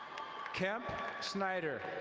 kemp schneider.